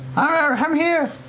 ah i'm here,